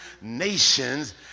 nations